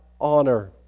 honor